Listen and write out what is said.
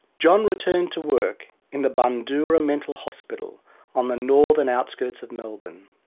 john returned to work in the bundoora mental hospital on the northern outskirts of melbourne.